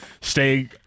stay